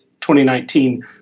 2019